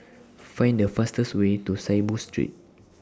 Find The fastest Way to Saiboo Street